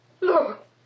Look